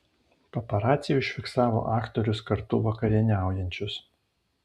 paparaciai užfiksavo aktorius kartu vakarieniaujančius